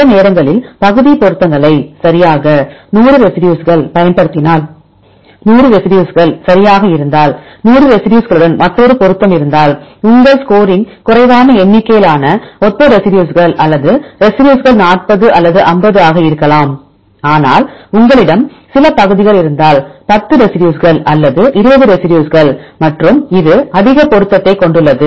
சில நேரங்களில் பகுதி பொருத்தங்களை சரியாக 100 ரெசிடியூஸ்கள் பயன்படுத்தினால் 100 ரெசிடியூஸ்கள் சரியாக இருந்தால் 100 ரெசிடியூஸ்களுடன் மற்றொரு பொருத்தம் இருந்தால் உங்கள் ஸ்கோரிங் குறைவான எண்ணிக்கையிலான ஒத்த ரெசிடியூஸ்கள் அல்லது ரெசிடியூஸ்கள் 40 அல்லது 50 ஆக இருக்கலாம் ஆனால் உங்களிடம் சில பகுதிகள் இருந்தால் 10 ரெசிடியூஸ்கள் அல்லது 20 ரெசிடியூஸ்கள் மற்றும் இது அதிக பொருத்தத்தைக் கொண்டுள்ளது